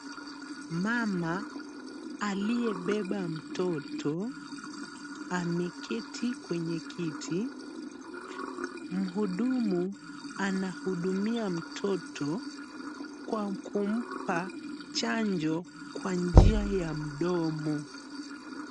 Mama aliyebeba mtoto ameketi kwenye kiti. Mhudumu anahudumia mtoto kwa kumpa chanjo kwa njia ya mdomo.